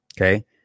Okay